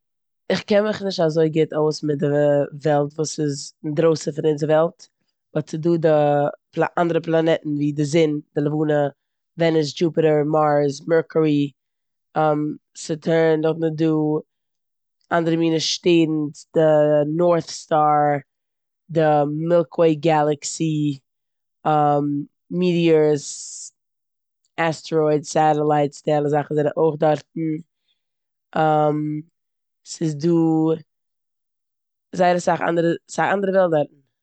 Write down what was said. איך קען מיך נישט אזוי גוט אויס מיט די וועלט וואס איז אינדרויסן פון אונזער וועלט באט ס'דא די אנדערע פלאנעטן ווי די זון, די לבנה, וועניס, דשופיטער, מארס, מערקערי, סאטערן און נאכדעם איז אנדערע מינע שטערנס, די נארט סטאר, די מילקוועי געלעקסי, מיטיערס, עסטערוידס, סעטעלייטס, די אלע זאכן זענען אויך דארט. ס'איז דא זייער אסאך אנדערע- ס'איז א אנדערע וועלט דארט.